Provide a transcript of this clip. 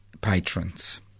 patrons